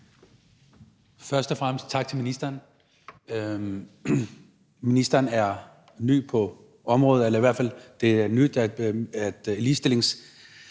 Først og fremmest tak til ministeren. Ministeren er ny på området, i hvert fald er det nyt, at ligestillingsområdet